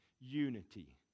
unity